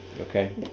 Okay